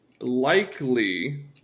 likely